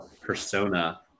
persona